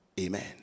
Amen